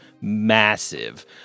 massive